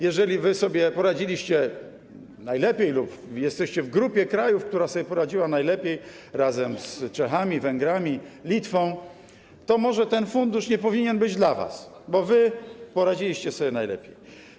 Jeżeli wy sobie poradziliście najlepiej lub jesteście w grupie krajów, które sobie poradziły najlepiej, razem z Czechami, Węgrami, Litwą, to może ten fundusz nie powinien być dla was, bo wy poradziliście sobie najlepiej.